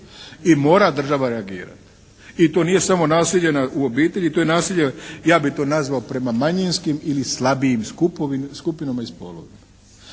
I mora država reagirati i to nije samo nasilje u obitelji, to je nasilje ja bih to nazvao prema manjinskim ili slabijim skupinama i spolovima.